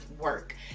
work